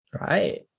Right